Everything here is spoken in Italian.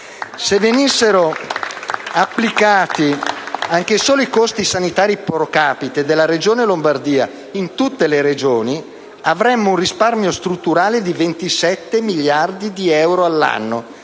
Se venissero applicati anche solo i costi sanitari *pro capite* della Regione Lombardia in tutte le Regioni, avremmo un risparmio strutturale di 27 miliardi di euro all'anno: